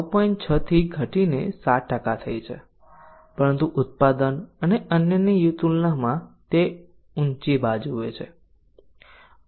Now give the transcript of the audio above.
6 થી ઘટીને 7 થઈ છે પરંતુ ઉત્પાદન અને અન્યની તુલનામાં તે ઉંચી બાજુએ છે